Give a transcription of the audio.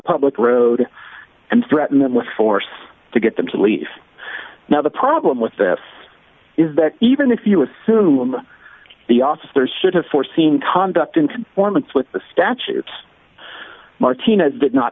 public road and threaten them with force to get them to leave now the problem with this is that even if you assume the officers should have foreseen tondo act in conformity with the statutes martinez did not